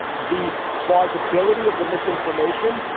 the plausibility of the misinformation,